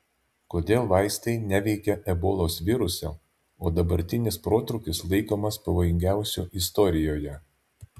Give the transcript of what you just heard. kodėl vaistai neveikia ebolos viruso o dabartinis protrūkis laikomas pavojingiausiu istorijoje